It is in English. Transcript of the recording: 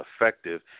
effective